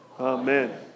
Amen